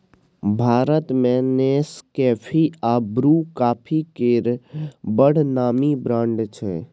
भारत मे नेसकेफी आ Bru coffee केर बड़ नामी ब्रांड छै